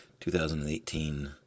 2018